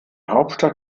hauptstadt